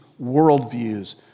worldviews